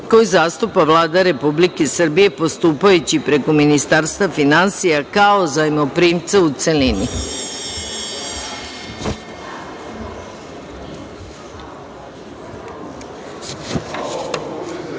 koju zastupa Vlada Republike Srbije postupajući preko Ministarstva finansija, kao zajmoprimca, u